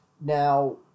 Now